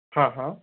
हाँ हाँ